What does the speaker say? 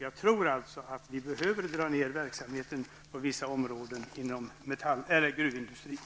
Jag tror alltså att det är nödvändigt att minska ner på verksamheten inom vissa områden av gruvindustrin.